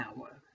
hour